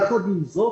יחד עם זאת,